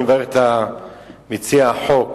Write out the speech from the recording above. אני מברך את מציע החוק.